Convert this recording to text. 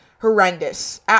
horrendous